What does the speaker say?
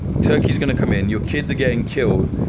turkey is going to come in, your kids are getting killed,